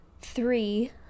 three